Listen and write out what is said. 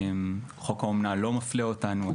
חוק האומנה לא מפלה אותנו.